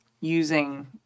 using